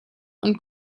und